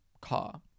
car